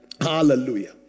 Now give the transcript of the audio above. hallelujah